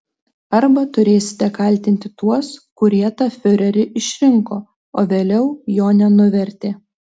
arba turėsite kaltinti tuos kurie tą fiurerį išrinko o vėliau jo nenuvertė